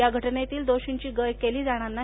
या घटनेतील दोषींची गय केली जाणार नाही